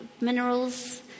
minerals